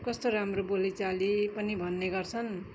कस्तो राम्रो बोलीचाली पनि भन्ने गर्छन्